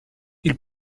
ils